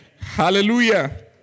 Hallelujah